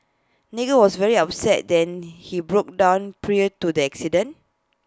Nigel was very upset then and he broke down prior to the accident